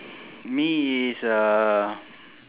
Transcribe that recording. me it's uh